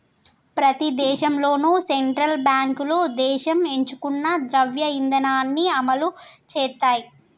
ప్రతి దేశంలోనూ సెంట్రల్ బ్యాంకులు దేశం ఎంచుకున్న ద్రవ్య ఇధానాన్ని అమలు చేత్తయ్